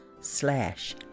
slash